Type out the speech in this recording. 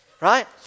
Right